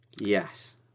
Yes